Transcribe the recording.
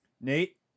Nate